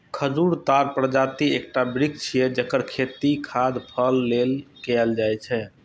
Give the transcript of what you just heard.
खजूर ताड़ प्रजातिक एकटा वृक्ष छियै, जेकर खेती खाद्य फल लेल कैल जाइ छै